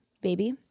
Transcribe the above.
baby